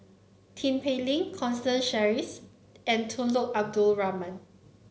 Tin Pei Ling Constance Sheares and Tunku Abdul Rahman